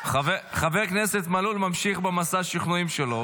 חבר הכנסת מלול ממשיך במסע השכנועים שלו,